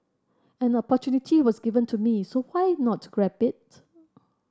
an opportunity was given to me so why not grab it